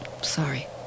Sorry